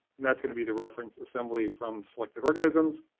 and that's going to be the reference assembly from selected organisms.